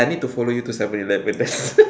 ya I need to follow you to seven eleven